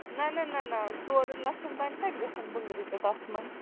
نَہ نَہ نَہ نَہ ژورَن لَچھَن تام کَتہِ گژھن بٔنٛگرِ تہِ تَتھ منٛز